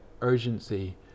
urgency